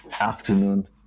afternoon